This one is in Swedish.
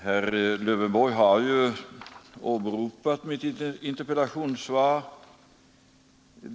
Herr talman! Herr Lövenborg har åberopat mitt interpellationssvar.